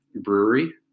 brewery